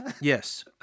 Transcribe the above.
Yes